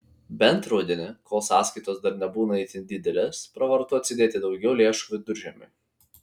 bent rudenį kol sąskaitos dar nebūna itin didelės pravartu atsidėti daugiau lėšų viduržiemiui